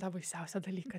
tą baisiausią dalyką